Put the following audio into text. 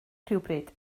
rhywbryd